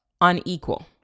unequal